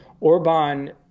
Orban